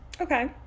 Okay